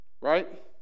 right